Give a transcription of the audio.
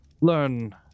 learn